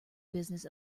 business